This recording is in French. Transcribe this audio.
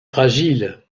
fragile